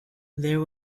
there